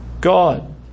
God